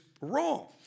wrong